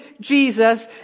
Jesus